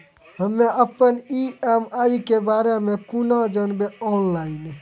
हम्मे अपन ई.एम.आई के बारे मे कूना जानबै, ऑनलाइन?